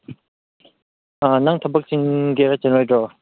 ꯑꯥ ꯅꯪ ꯊꯕꯛ ꯆꯤꯟꯒꯦꯔꯥ ꯆꯤꯜꯂꯣꯏꯗ꯭ꯔꯣ